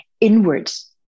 inwards